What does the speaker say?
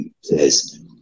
says